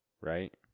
right